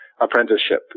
apprenticeship